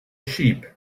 sheep